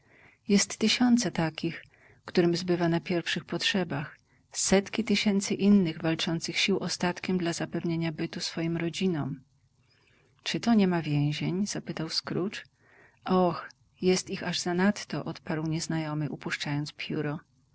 jest tysiące takich którym zbywa na pierwszych potrzebach setki tysięcy innych walczących sił ostatkiem dla zapewnienia bytu swym rodzinom czy to niema więzień zapytał scrooge oh jest ich aż zanadto odparł nieznajomy upuszczając pióro